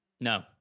No